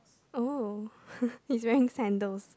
oh he's wearing sandals